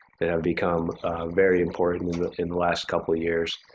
they have become very important in the in the last couple of years.